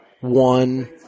One